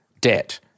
debt